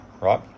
right